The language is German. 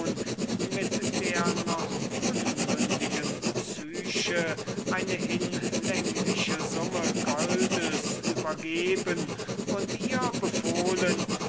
mit der noch unmündigen psyche eine hinlängliche summe gelds übergeben und befohlen